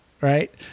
right